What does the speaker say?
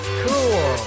cool